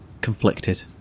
Conflicted